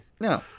No